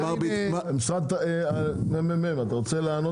הממ"מ, בבקשה.